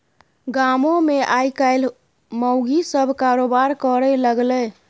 गामोमे आयकाल्हि माउगी सभ कारोबार करय लागलै